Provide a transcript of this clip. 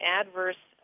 adverse